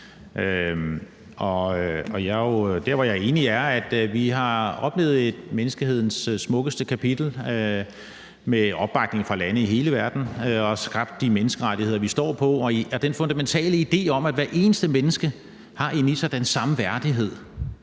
Der, hvor jeg er enig, er, at vi har oplevet menneskehedens smukkeste kapitel med opbakning fra lande i hele verden og skabt de menneskerettigheder, vi står på, og den fundamentale idé, om, at hvert eneste menneske har den helt samme værdighed